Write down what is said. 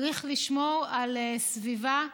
צריך לשמור על סביבה,